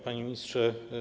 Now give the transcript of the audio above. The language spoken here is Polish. Panie Ministrze!